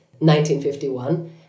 1951